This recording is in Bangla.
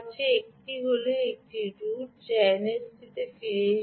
একটি হল একটি রুট আবার এনএফসি তে ফিরে এসেছে